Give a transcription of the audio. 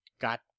got